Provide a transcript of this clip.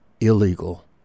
illegal